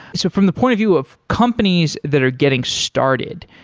so from the point of view of companies that are getting started,